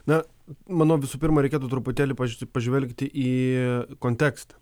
na manau visų pirma reikėtų truputėlį paž pažvelgti į kontekstą